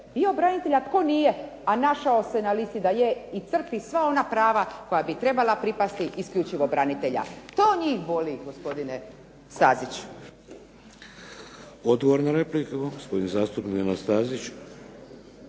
bio branitelj a tko nije a našao se na listi da je i crpi sva ona prava koja bi trebala pripasti isključivo branitelja. To njih boli gospodine Stazić. **Šeks, Vladimir (HDZ)** Odgovor na repliku gospodin zastupnik Nenad Stazić.